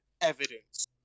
evidence